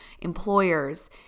employers